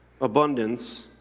Abundance